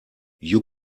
you